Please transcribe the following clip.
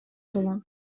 болом